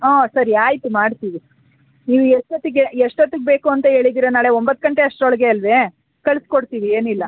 ಹಾಂ ಸರಿ ಆಯಿತು ಮಾಡ್ತೀವಿ ನೀವು ಎಷ್ಟು ಹೊತ್ತಿಗ್ ಎಷ್ಟು ಹೊತ್ತಿಗ್ ಬೇಕು ಅಂತ ಹೇಳಿದೀರಾ ನಾಳೆ ಒಂಬತ್ತು ಗಂಟೆ ಅಷ್ಟ್ರ ಒಳಗೆ ಅಲ್ಲವೇ ಕಳ್ಸಿ ಕೊಡ್ತೀವಿ ಏನಿಲ್ಲ